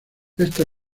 esta